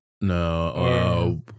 no